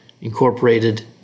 Incorporated